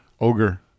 Ogre